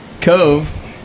Cove